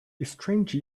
strange